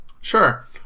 Sure